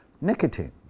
nicotine